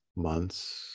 months